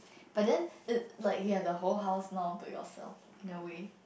but then err like you have the whole house now but yourself in a way